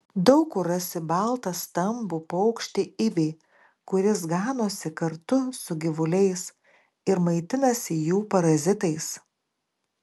daug kur rasi baltą stambų paukštį ibį kuris ganosi kartu su gyvuliais ir maitinasi jų parazitais